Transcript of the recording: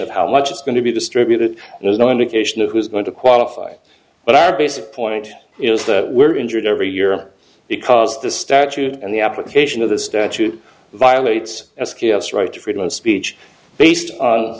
of how much it's going to be distributed and there's no indication of who is going to qualify but our basic point is that we're injured every year because the statute and the application of the statute violates s k s right to freedom of speech based